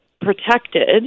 protected